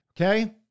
okay